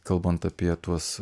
kalbant apie tuos